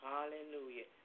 Hallelujah